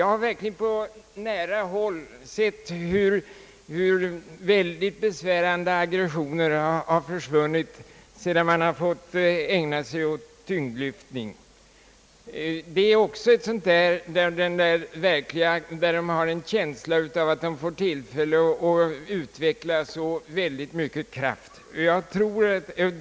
Jag har verkligen på nära håll sett hur besvärande aggressioner har försvunnit sedan vederbörande har fått ägna sig åt tyngdlyftning. Också i den sporten får deltagarna en känsla av att de utvecklar en väldig kraft.